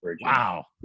Wow